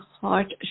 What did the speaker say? heart